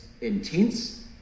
intense